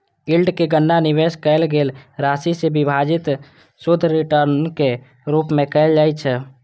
yield के गणना निवेश कैल गेल राशि सं विभाजित शुद्ध रिटर्नक रूप मे कैल जाइ छै